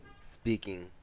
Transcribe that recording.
speaking